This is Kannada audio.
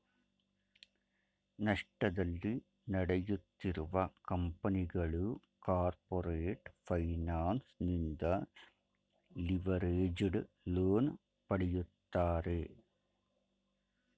ನಷ್ಟದಲ್ಲಿ ನಡೆಯುತ್ತಿರುವ ಕಂಪನಿಗಳು ಕಾರ್ಪೊರೇಟ್ ಫೈನಾನ್ಸ್ ನಿಂದ ಲಿವರೇಜ್ಡ್ ಲೋನ್ ಪಡೆಯುತ್ತಾರೆ